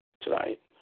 Tonight